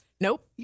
Nope